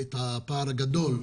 את הפער הגדול,